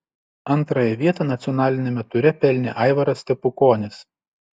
antrąją vietą nacionaliniame ture pelnė aivaras stepukonis